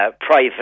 private